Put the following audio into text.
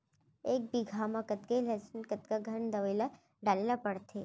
एक बीघा में कतेक लहसुन कतका कन दवई ल डाले ल पड़थे?